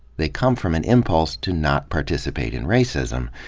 they come from an impulse to not participate in racism.